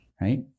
right